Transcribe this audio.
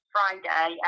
Friday